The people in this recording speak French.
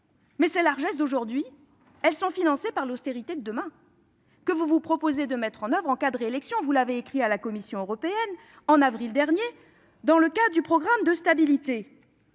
Mais les largesses d'aujourd'hui sont financées par l'austérité de demain, que vous vous proposez de mettre en oeuvre en cas de réélection, comme vous l'avez écrit à la Commission européenne en avril dernier, dans le cadre du programme de stabilité.